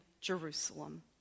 Jerusalem